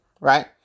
right